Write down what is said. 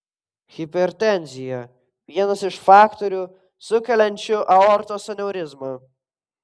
hipertenzija vienas iš faktorių sukeliančių aortos aneurizmą